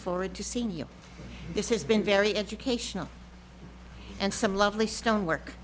forward to seeing you this has been very educational and some lovely stone work